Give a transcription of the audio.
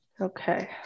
Okay